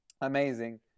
Amazing